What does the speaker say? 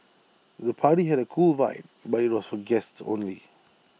the party had A cool vibe but IT was for guests only